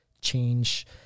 change